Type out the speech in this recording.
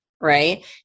right